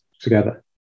together